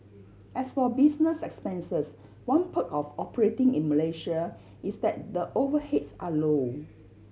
as for business expenses one perk of operating in Malaysia is that the overheads are low